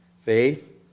Faith